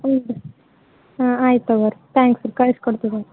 ಹೌದು ರೀ ಹಾಂ ಆಯಿತು ತಗೊರಿ ತ್ಯಾಂಕ್ಸ್ ರೀ ಕಳ್ಸಿ ಕೊಡ್ತೀವಿ